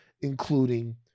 including